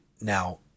now